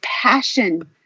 passion